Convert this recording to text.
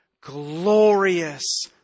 glorious